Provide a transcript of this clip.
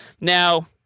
Now